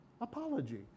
Apology